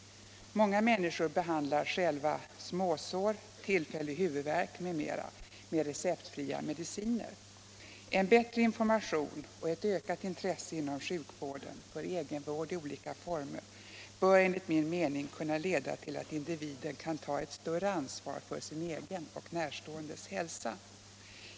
Många människor behandlar själva småsår, tillfällig huvudvärk m.m. med receptfria mediciner. En bättre information och ett ökat intresse inom sjukvården för egenvård i olika former bör enligt min mening kunna leda till att individen kan ta ett större ansvar för sin egen och närståendes hälsa.